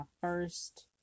first